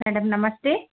madam नमस्ते